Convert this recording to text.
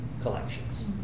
collections